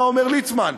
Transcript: מה אומר ליצמן,